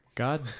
god